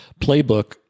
playbook